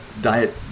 diet